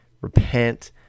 repent